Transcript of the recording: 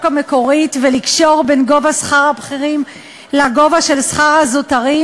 המקורית ולקשור את גובה שכר הבכירים לגובה שכר הזוטרים.